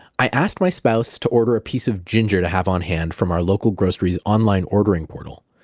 i asked my spouse to order a piece of ginger to have on hand from our local grocery's online ordering portal.